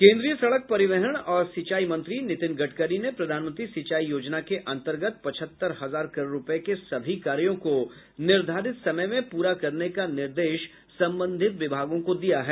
केंद्रीय सड़क परिवहन और सिंचाई मंत्री नीतिन गड़करी ने प्रधानमंत्री सिंचाई योजना के अंतर्गत पचहत्तर हजार करोड़ रुपये के सभी कार्यों को निर्धारित समय में पूरा करने का निर्देश संबंधित विभागों को दिया है